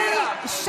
איך תצביעי?